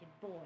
boy